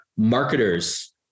Marketers